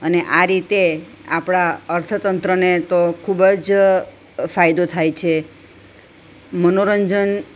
અને આ રીતે આપણાં અર્થતંત્રને તો ખૂબ જ ફાયદો થાય છે મનોરંજન